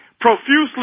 Profusely